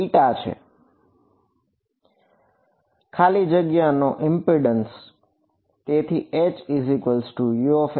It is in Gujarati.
વિદ્યાર્થી ખાલી જગ્યાનો ઈમ્પિડેન્સ બરાબર